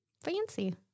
Fancy